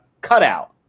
cutout